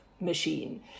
machine